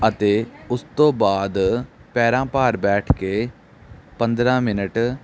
ਅਤੇ ਉਸ ਤੋਂ ਬਾਅਦ ਪੈਰਾਂ ਭਾਰ ਬੈਠ ਕੇ ਪੰਦਰ੍ਹਾਂ ਮਿਨਟ